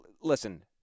listen